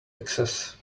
access